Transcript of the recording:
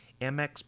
MX